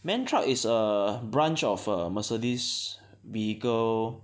MAN Truck is a branch of a Mercedes vehicle